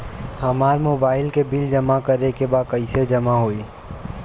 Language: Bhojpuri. हमार मोबाइल के बिल जमा करे बा कैसे जमा होई?